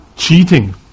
cheating